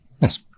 Yes